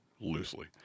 Loosely